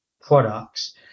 products